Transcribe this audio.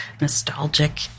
nostalgic